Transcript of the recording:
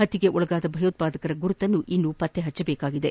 ಪತ್ತೆಗೊಳಗಾದ ಭಯೋತ್ಪಾದಕರ ಗುರುತನ್ನು ಇನ್ನೂ ಪತ್ತೆ ಪಚ್ಚಲೇಕಾಗಿದೆ